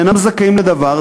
אינם זכאים לדבר,